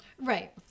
right